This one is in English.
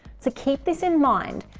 to keep this in mind,